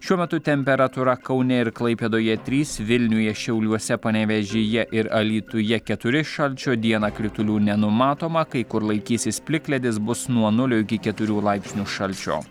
šiuo metu temperatūra kaune ir klaipėdoje trys vilniuje šiauliuose panevėžyje ir alytuje keturi šalčio dieną kritulių nenumatoma kai kur laikysis plikledis bus nuo nulio iki keturių laipsnių šalčio